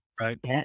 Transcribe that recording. right